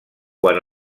quan